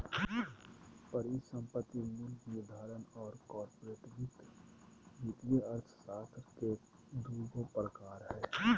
परिसंपत्ति मूल्य निर्धारण और कॉर्पोरेट वित्त वित्तीय अर्थशास्त्र के दू गो प्रकार हइ